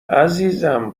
عزیزم